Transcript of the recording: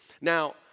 Now